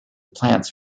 plants